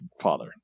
father